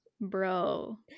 Bro